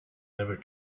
never